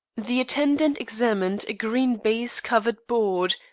the attendant examined a green baize-covered board,